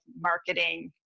marketing